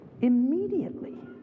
immediately